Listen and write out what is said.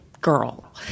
girl